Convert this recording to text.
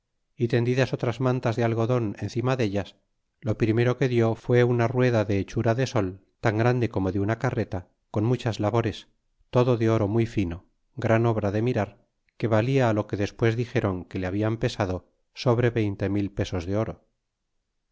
y tendidas otras mantas de algodon cima deltas lo primero que dió iba una rueda de hechura de sol tan grande como de una carreta con muchas labores todo de oro muy fino gran obra de mirar que valla a lo que despues dixéron que le habian pesado sobre veinte mil pesos de oro